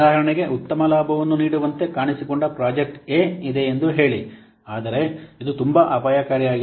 ಉದಾಹರಣೆಗೆ ಉತ್ತಮ ಲಾಭವನ್ನು ನೀಡುವಂತೆ ಕಾಣಿಸಿಕೊಂಡ ಪ್ರಾಜೆಕ್ಟ್ ಎ ಇದೆ ಎಂದು ಹೇಳಿ ಆದರೆ ಇದು ತುಂಬಾ ಅಪಾಯಕಾರಿ ಆಗಿದೆ